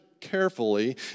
carefully